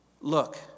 look